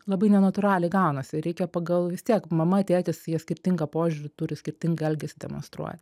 labai nenatūraliai gaunasi reikia pagal vis tiek mama tėtis jie skirtingą požiūrį turi skirtingą elgesį demonstruoja